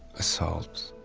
assaults,